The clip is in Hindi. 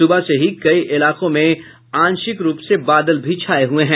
सुबह से ही कई इलाकों में आंशिक रूप से बादल छाये हुए हैं